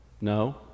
No